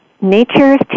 Nature's